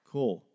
Cool